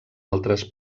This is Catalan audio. altres